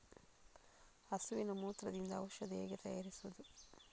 ಹಸುವಿನ ಮೂತ್ರದಿಂದ ಔಷಧ ಹೇಗೆ ತಯಾರಿಸುವುದು?